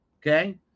okay